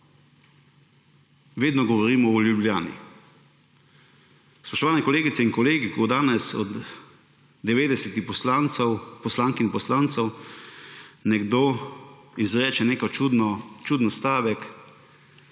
Vedno govorimo o Ljubljani. Spoštovane kolegice in kolegi, ko danes od 90 poslancev, poslank in poslancev, nekdo izreče nek čuden stavek,